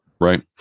Right